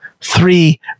three